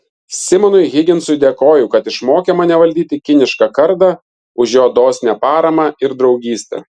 simonui higginsui dėkoju kad išmokė mane valdyti kinišką kardą už jo dosnią paramą ir draugystę